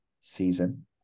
season